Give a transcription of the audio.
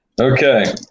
Okay